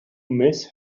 miss